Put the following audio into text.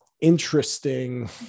interesting